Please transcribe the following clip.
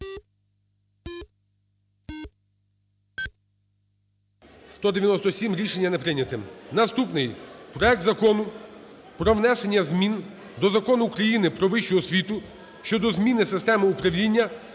За-197 Рішення не прийнято. Наступний – проект Закону про внесення змін до Закону України "Про вищу освіту" щодо зміни системи управління